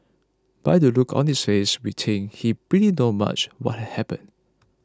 by the look on its face we think he pretty knows much what had happened